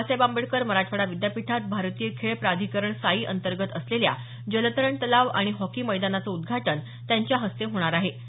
बाबासाहेब आंबेडकर मराठवाडा विद्यापीठात भारतीय खेळ प्राधिकरण साई अंतर्गत असलेल्या जलतरण तलाव आणि हॉकी मैदानाचं उद्घाटन त्यांच्या हस्ते होणार आहे